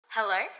Hello